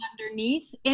underneath